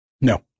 No